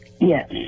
Yes